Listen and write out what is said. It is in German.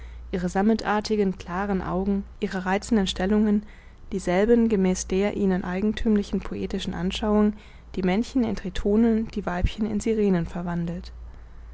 ihre sammetartigen klaren augen ihre reizenden stellungen dieselben gemäß der ihnen eigenthümlichen poetischen anschauung die männchen in tritonen die weibchen in sirenen verwandelt